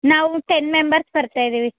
ನಾವು ten members ಬರ್ತಾ ಇದ್ದೀವಿ